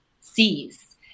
sees